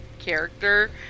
character